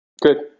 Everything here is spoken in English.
Good